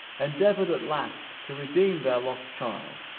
endeavored at last to redeem their lost child,